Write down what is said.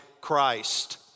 Christ